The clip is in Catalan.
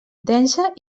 densa